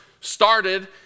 started